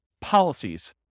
policies